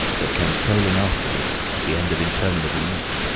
that came trailing after her, at the end of interminable necks,